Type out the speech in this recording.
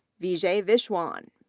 vijay viswan,